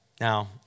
Now